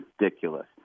ridiculous